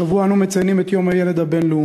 השבוע אנו מציינים את יום הילד הבין-לאומי.